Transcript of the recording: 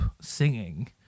singing